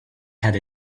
had